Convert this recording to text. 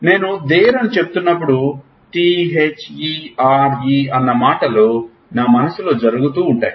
నేను దేర్ అని చెబుతున్నప్పుడు T H E R E అన్న మాటలు నా మనస్సులో జరుగుతూ ఉంటాయి